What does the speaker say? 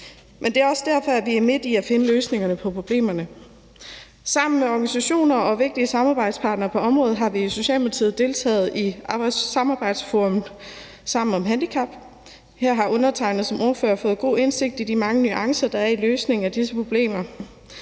for. Det er også derfor, at vi er midt i at finde løsninger på problemerne. Sammen med organisationer og vigtige samarbejdspartnere på området har vi i Socialdemokratiet deltaget i samarbejdsforummet Sammen om handicap. Her har undertegnede som ordfører fået god indsigt i de mange nuancer, der er i løsningen af disse problemer.